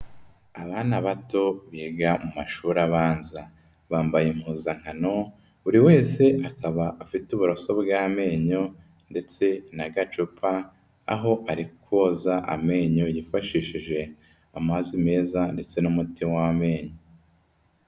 Abana bato biga mu mashuri abanza. Bambaye impuzankano, buri wese akaba afite uburoso bw'amenyo ndetse n'agacupa, aho ari koza amenyo yifashishije amazi meza ndetse n'umuti w'amenyo.